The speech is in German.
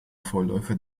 vorläufer